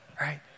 Right